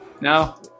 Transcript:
No